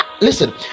listen